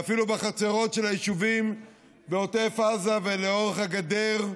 ואפילו בחצרות של היישובים בעוטף עזה ולאורך הגדר,